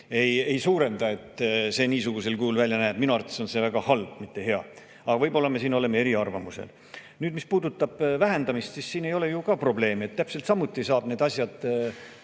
ei suurenda, et see niisugusel kujul välja näeb. Minu arvates on see väga halb, mitte hea. Aga võib-olla me oleme eriarvamusel. Mis puudutab vähendamist, siis selle puhul ei ole ju ka probleemi. Täpselt samuti saab need asjad